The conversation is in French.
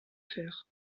fer